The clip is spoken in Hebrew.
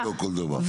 שאמורים לבדוק כל דבר.